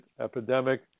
epidemic